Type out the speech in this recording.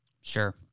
Sure